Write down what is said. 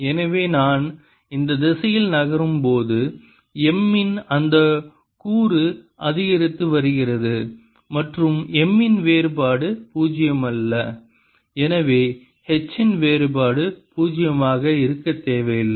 எனவே நான் இந்த திசையில் நகரும்போது M இன் அந்த கூறு அதிகரித்து வருகிறது மற்றும் M இன் வேறுபாடு பூஜ்ஜியமல்ல எனவே H இன் வேறுபாடு பூஜ்ஜியமாக இருக்க தேவையில்லை